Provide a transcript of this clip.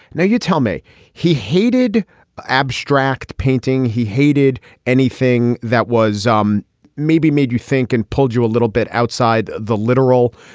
now you tell me he hated abstract painting he hated anything that was um maybe made you think and pulled you a little bit outside the literal.